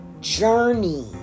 journey